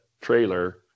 trailer